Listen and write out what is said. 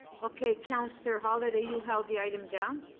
okay. councillor holyday, you held the item down.